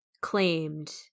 claimed